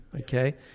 okay